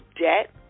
debt